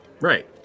Right